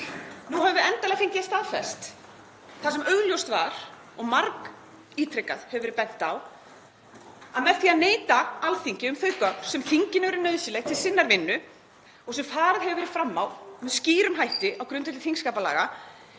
Nú höfum við endanlega fengið staðfest það sem augljóst var, og margítrekað hefur verið bent á, að með því að neita Alþingi um þau gögn sem þinginu eru nauðsynleg til sinnar vinnu og sem farið hefur verið fram á með skýrum hætti á grundvelli þingskapalaga